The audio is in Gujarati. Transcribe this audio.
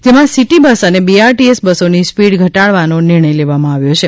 જેમાં સીટી બસ અને બીઆરટીએસ બસોની સ્પીડ ધટાડવાનો નિર્ણય લેવામાં આવ્યો છે